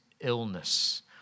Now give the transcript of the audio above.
illness